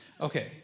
Okay